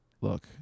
look